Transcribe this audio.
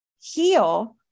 heal